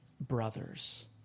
brothers